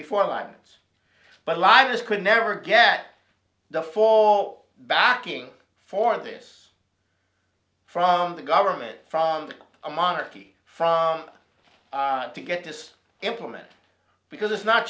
before alignments but lives could never get the fall backing for this from the government from a monarchy to get this implement because it's not